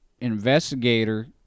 investigator